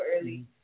early